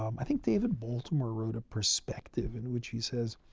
um i think david baltimore wrote a perspective in which he says,